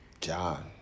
John